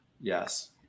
Yes